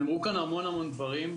נאמרו כאן המון דברים,